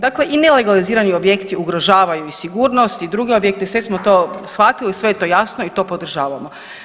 Dakle i nelegalizirani objekti ugrožavaju i sigurnost i druge objekte, sve smo to shvatili i sve je to jasno i to podržavamo.